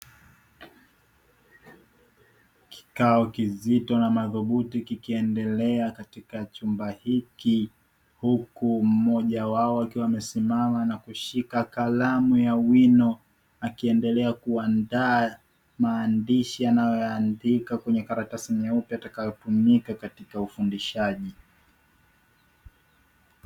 Kikao kizito na madhubuti kikiendelea katika chumba hiki huku mmoja wao akiwa amesimama na kushika kalamu ya wino akiendelea kuandaa maandishi anayoyaandika kwenye karatasi nyeupe yatakayotumika katika ufundishaji.